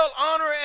honor